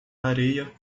areia